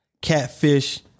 Catfish